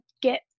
get